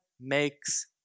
makes